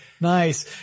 nice